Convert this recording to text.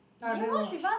I didn't watch